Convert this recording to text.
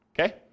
Okay